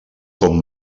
com